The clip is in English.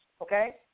okay